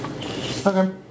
Okay